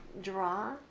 draw